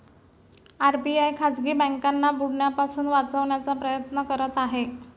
RBI खाजगी बँकांना बुडण्यापासून वाचवण्याचा प्रयत्न करत आहे